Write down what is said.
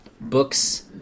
Books